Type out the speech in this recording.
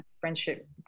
friendship